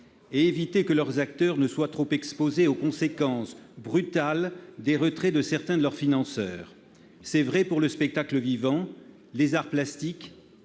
et éviter que leurs acteurs ne soient trop exposés aux conséquences brutales du retrait de certains de leurs financeurs. C'est vrai pour le spectacle vivant, les arts plastiques,